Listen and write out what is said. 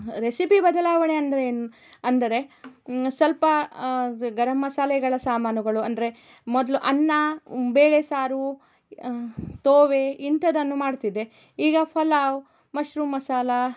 recipe ಬದಲಾವಣೆ ಅಂದರೆ ಏನು ಅಂದರೆ ಸ್ವಲ್ಪ ಗರಮ್ ಮಸಾಲೆಗಳ ಸಾಮಾನುಗಳು ಅಂದರೆ ಮೊದಲು ಅನ್ನ ಬೇಳೆ ಸಾರು ತೊವ್ವೆ ಇಂಥದ್ದನ್ನು ಮಾಡುತ್ತಿದ್ದೆ ಈಗ ಫಲಾವ್ ಮಶ್ರೂಮ್ ಮಸಾಲ